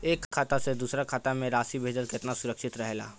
एक खाता से दूसर खाता में राशि भेजल केतना सुरक्षित रहेला?